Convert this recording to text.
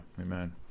amen